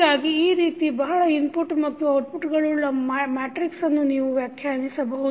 ಹೀಗಾಗಿ ಈ ರೀತಿಯಾಗಿ ಬಹಳ ಇನ್ಪುಟ್ ಮತ್ತು ಬಹಳ ಔಟ್ಪುಟ್ಗಳುಳ್ಳ ಮ್ಯಾಟ್ರಿಕ್ಸನ್ನು ನೀವು ವ್ಯಾಖ್ಯಾನಿಸಬಹುದು